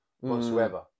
whatsoever